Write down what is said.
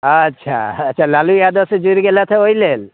अच्छा अच्छा लालू यादवसँ जुड़ि गेलैथ अइ ओहि लेल